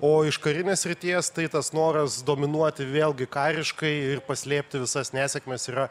o iš karinės srities tai tas noras dominuoti vėlgi kariškai paslėpti visas nesėkmes yra